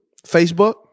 Facebook